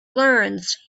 learns